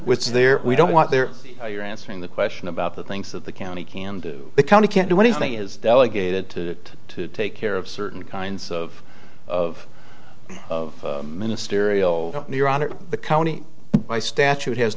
there we don't want there you're answering the question about the things that the county can do the county can't do anything is delegated to take care of certain kinds of of of ministerial neuronic the county by statute has